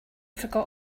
forgot